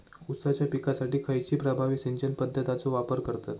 ऊसाच्या पिकासाठी खैयची प्रभावी सिंचन पद्धताचो वापर करतत?